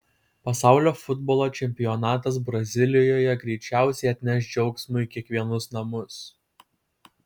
pasaulio futbolo čempionatas brazilijoje greičiausiai atneš džiaugsmo į kiekvienus namus